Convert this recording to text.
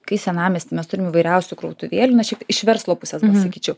kai senamiesty mes turim įvairiausių krautuvėlių na šiaip iš verslo pusės sakyčiau